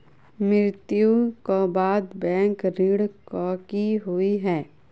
मृत्यु कऽ बाद बैंक ऋण कऽ की होइ है?